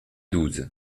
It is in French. douze